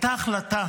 הייתה החלטה,